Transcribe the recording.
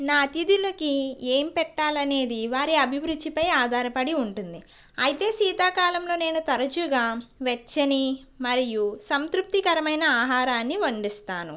నా అతిధులకి ఏం పెట్టాలనేది వారి అభిరుచిపై ఆధారపడి ఉంటుంది అయితే శీతాకాలంలో నేను తరచుగా వెచ్చని మరియు సంతృప్తికరమైన ఆహారాన్ని వండిస్తాను